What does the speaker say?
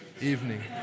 evening